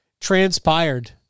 transpired